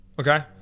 okay